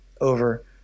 over